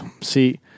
See